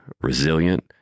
resilient